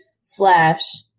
slash